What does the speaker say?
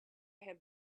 have